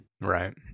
Right